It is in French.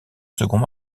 second